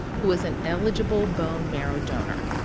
who was an eligible bone marrow donor.